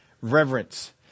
reverence